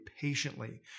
patiently